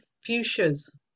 fuchsias